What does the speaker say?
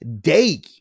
day